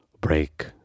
break